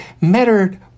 mattered